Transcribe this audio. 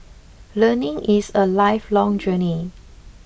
learning is a lifelong journey